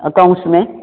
accounts में